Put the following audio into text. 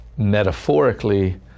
metaphorically